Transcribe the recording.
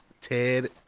Ted